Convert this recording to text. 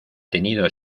tenido